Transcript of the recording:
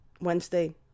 Wednesday